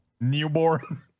Newborn